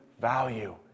value